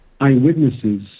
eyewitnesses